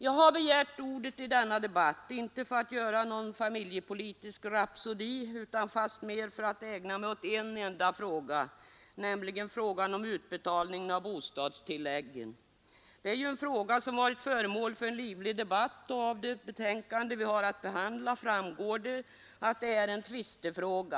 Jag har begärt ordet i denna debatt inte för att göra någon familjepolitisk rapsodi utan fastmer för att ägna mig åt en enda fråga, nämligen frågan om utbetalningen av bostadstilläggen. Det är ju en fråga som varit föremål för livlig debatt, och av det betänkande vi har att behandla framgår att det är en tvistefråga.